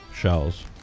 shells